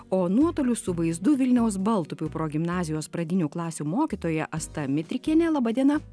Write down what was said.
o nuotoliu su vaizdu vilniaus baltupių progimnazijos pradinių klasių mokytoja asta mitrikienė laba diena